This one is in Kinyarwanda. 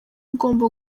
ugomba